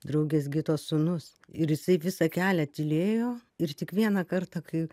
draugės gitos sūnus ir jisai visą kelią tylėjo ir tik vieną kartą kai